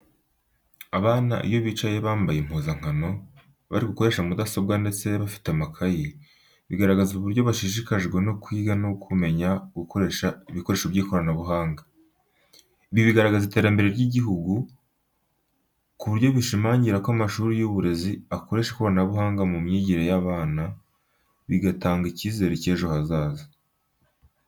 Abana iyo bicaye bambaye impuzankano, bari gukoresha mudasobwa ndetse bafite amakayi, bigaragaza uburyo bashishikajwe no kwiga no kumenya gukoresha ibikoresho by'ikoranabuhanga. Ibi bigaragaza iterambere ry'igihugu, kuko bishimangira ko amashuri y'uburezi akoresha ikoranabuhanga mu myigire y'abana, bigatanga icyizere cy'ejo hazaza.